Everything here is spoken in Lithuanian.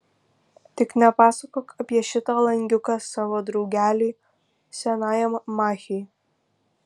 tik nepasakok apie šitą langiuką savo draugeliui senajam machiui